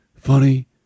funny